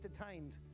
entertained